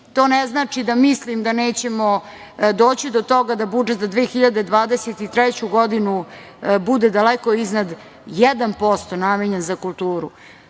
To ne znači da mislim da nećemo doći do toga da budžet za 2023. godinu bude daleko iznad 1% namenjen za kulturu,